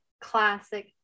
classic